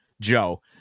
Joe